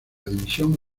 dimisión